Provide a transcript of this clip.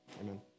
Amen